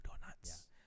donuts